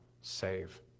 save